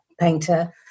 painter